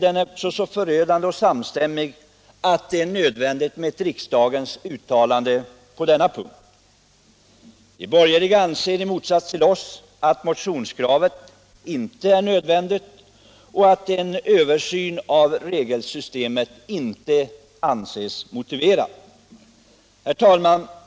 Den är så förödande och samstämmig att det är nödvändigt med ett riksdagens uttalande på denna punkt. De borgerliga anser i motsats till oss att motionskravet inte är nödvändigt och att en översyn av regelsystemet inte anses motiverad.